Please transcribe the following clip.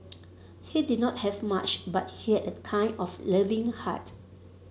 he did not have much but he had a kind of loving heart